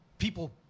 people